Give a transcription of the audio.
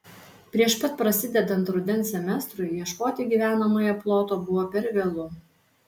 prieš pat prasidedant rudens semestrui ieškoti gyvenamojo ploto buvo per vėlu